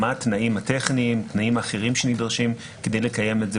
מה התנאים הטכניים והאחרים שנדרשים כדי לקיים את זה